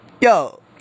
yo